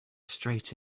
straight